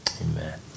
Amen